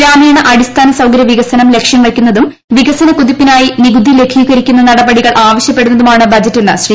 ഗ്രാമീണ അടിസ്ഥാന സൌകര്യ വികസനം ലക്ഷ്യം വയ്ക്കുന്നതും വികസനക്കുതിപ്പിനായി നികുതി ലഘൂകരണ നടപടികൾ ആവശ്യപ്പെടുന്നതുമാണ് ബജറ്റെന്ന് ശ്രീ